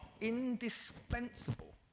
indispensable